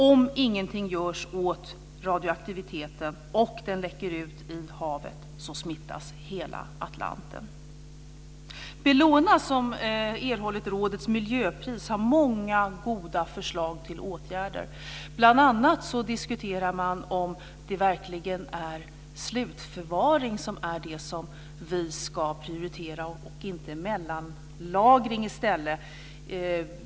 om ingenting görs åt radioaktiviteten, och den läcker ut i havet, så smittas hela Atlanten. Bellona, som erhållit rådets miljöpris, har många goda förslag till åtgärder. Bl.a. diskuterar man om det verkligen är slutförvaring, och inte i stället mellanlagring som ska prioriteras.